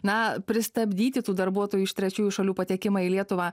na pristabdyti tų darbuotojų iš trečiųjų šalių patekimą į lietuvą